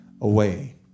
away